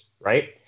right